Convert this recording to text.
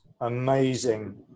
amazing